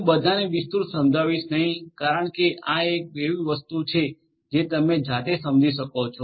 હું આ બધાને વિસ્તૃત સમજાવીશ નહીં કારણ કે આ એવી વસ્તુ છે જે તમે જાતે સમજી શકો છો